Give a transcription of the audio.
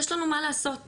יש לנו מה לעשות,